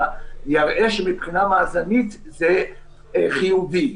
יראה שמבחינה מאזנית זה חיובי.